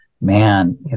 man